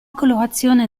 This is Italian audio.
colorazione